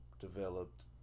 developed